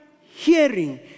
hearing